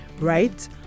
right